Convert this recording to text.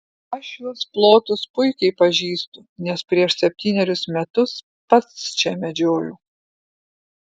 aš šiuos plotus puikiai pažįstu nes prieš septynerius metus pats čia medžiojau